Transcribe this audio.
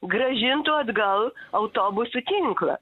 grąžintų atgal autobusų tinklą